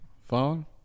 phone